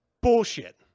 Bullshit